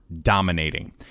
dominating